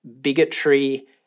bigotry